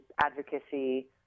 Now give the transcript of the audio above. advocacy